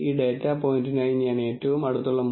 ഡാറ്റയെക്കുറിച്ച് നിങ്ങൾ ചില അനുമാനങ്ങൾ നടത്തേണ്ടതുണ്ട്